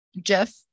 Jeff